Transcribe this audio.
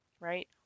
right